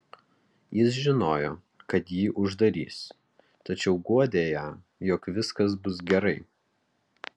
jis žinojo kad jį uždarys tačiau guodė ją jog viskas bus gerai